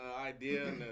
idea